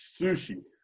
Sushi